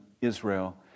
Israel